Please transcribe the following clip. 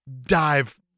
dive